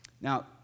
Now